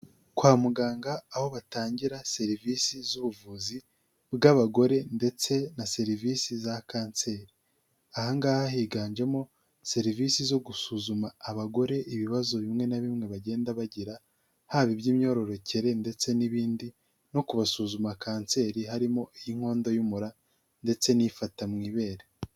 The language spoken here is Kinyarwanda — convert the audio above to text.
Kwa muganga aho batangira serivisi z'ubuvuzi bw'abagore ndetse na serivisi za kanseri. Aha ngaha higanjemo serivisi zo gusuzuma abagore ibibazo bimwe na bimwe bagenda bagira, haba iby'imyororokere ndetse n'ibindi no kubasuzuma kanseri harimo iy'inkondo y'umura ndetse n'ifata mu ibere.